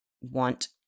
want